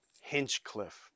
Hinchcliffe